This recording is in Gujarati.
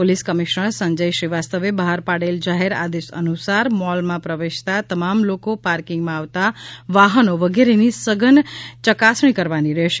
પોલીસ કમિશ્નર સંજય શ્રીવાસ્તવે બહાર પાડેલ જાહેર આદેશ અનુસાર મોલમાં પ્રવેશતાં તમામ લોકો પાર્કિંગમાં આવતા વાહનો વગેરેની સઘન ચકાસણી કરવાની રહેશે